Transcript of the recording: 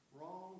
wrong